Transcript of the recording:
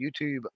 YouTube